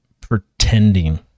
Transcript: pretending